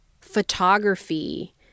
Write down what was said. photography